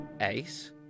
ace